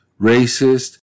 racist